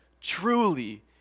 truly